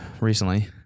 recently